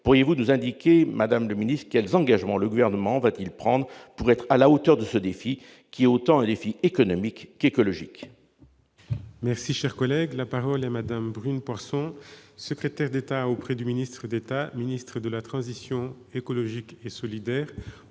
pourriez-vous indiquer quels engagements le Gouvernement compte prendre pour être à la hauteur de ce défi, qui est autant un défi économique qu'écologique ?